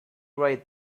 right